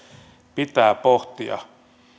pitää pohtia